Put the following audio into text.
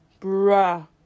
bruh